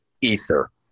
ether